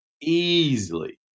easily